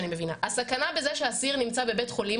הסכנה בזה שאסיר נמצא בבית חולים